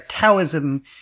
Taoism